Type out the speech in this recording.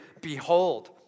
Behold